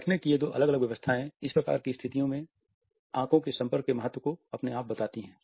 बैठने की ये दो अलग अलग व्यवस्थाएं इस प्रकार की स्थितियों में आंखों के संपर्क के महत्व को अपने आप बताती हैं